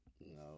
no